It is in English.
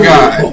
God